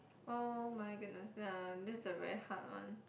oh-my-goodness uh this is the very hard one